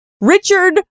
Richard